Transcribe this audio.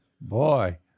boy